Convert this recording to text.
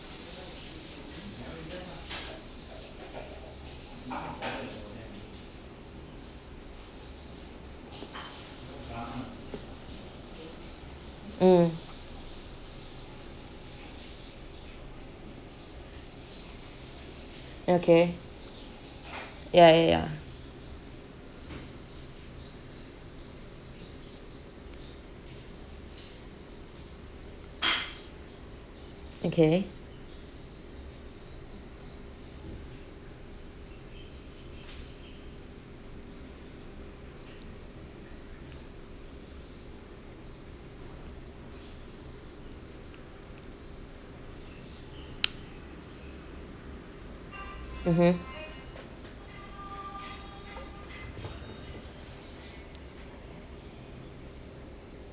mm okay ya ya ya okay mmhmm